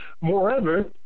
Moreover